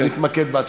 אז להתמקד בה.